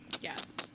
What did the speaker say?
Yes